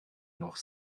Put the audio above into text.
noch